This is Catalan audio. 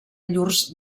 llurs